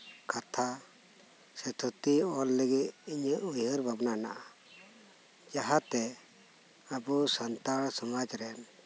ᱠᱟᱛᱷᱟ ᱥᱮ ᱛᱷᱩᱛᱤ ᱚᱞ ᱞᱟᱹᱜᱤᱫ ᱤᱧᱟᱹᱜ ᱩᱭᱦᱟᱹᱨ ᱵᱷᱟᱵᱽᱱᱟ ᱦᱮᱱᱟᱜᱼᱟ ᱡᱟᱦᱟᱸᱛᱮ ᱟᱵᱚ ᱥᱟᱱᱛᱟᱲ ᱥᱚᱢᱟᱡᱽᱨᱮᱱ